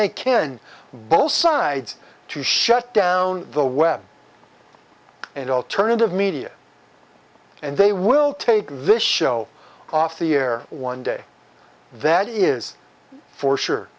they can both sides to shut down the web and alternative media and they will take this show off the air one day that is for sure